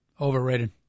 overrated